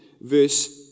verse